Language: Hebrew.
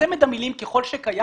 צמד המילים "ככל שקיים"?